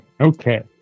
Okay